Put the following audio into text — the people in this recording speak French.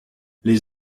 les